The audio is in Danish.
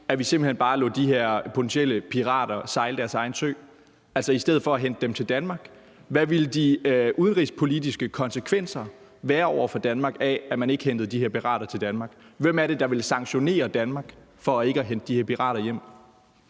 at vi simpelt hen bare lod de her potentielle pirater sejle deres egen sø i stedet for at hente dem til Danmark. Hvad ville de udenrigspolitiske konsekvenser for Danmark være af, at man ikke hentede de her pirater til Danmark? Hvem er det, der ville sanktionere Danmark for ikke at hente de her pirater hjem?